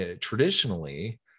Traditionally